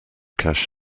cache